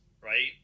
right